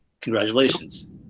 Congratulations